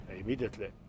immediately